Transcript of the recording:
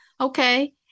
okay